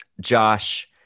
josh